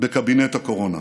בקבינט הקורונה.